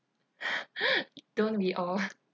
don't we all